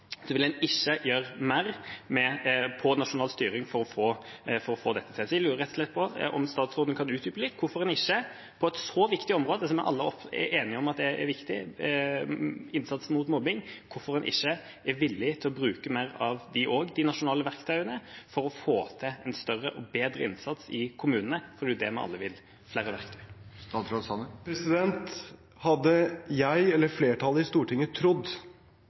å få dette til. Jeg lurer rett og slett på om statsråden kan utdype litt hvorfor en ikke på et så viktig område – som vi alle er enige om er viktig, innsatsen mot mobbing – er villig til å bruke mer av de nasjonale verktøyene for å få til en større og bedre innsats i kommunene? Det er jo det vi alle vil – ha flere verktøy. Hadde jeg eller flertallet i Stortinget trodd